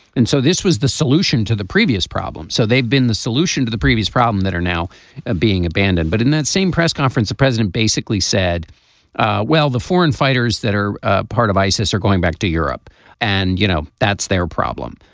and so this was the solution to the previous problem. so they've been the solution to the previous problem that are now ah being abandoned but in that same press conference the president basically said ah well the foreign fighters that are ah part of isis are going back to europe and you know that's their problem.